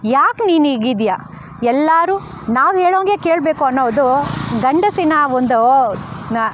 ಯಾಕೆ ನೀನು ಈಗ ಇದ್ದೀಯ ಎಲ್ಲರೂ ನಾವು ಹೇಳೋಹಂಗೆ ಕೇಳಬೇಕು ಅನ್ನೋದು ಗಂಡಸಿನ ಒಂದು